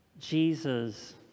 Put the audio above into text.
jesus